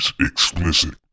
explicit